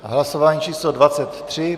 Hlasování číslo 23.